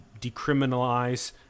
decriminalize